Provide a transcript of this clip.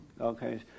Okay